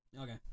Okay